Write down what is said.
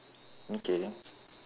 okay